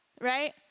right